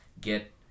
get